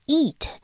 eat